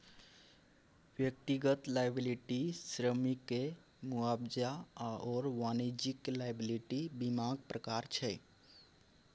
व्यक्तिगत लॉयबिलटी श्रमिककेँ मुआवजा आओर वाणिज्यिक लॉयबिलटी बीमाक प्रकार छै